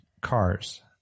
cars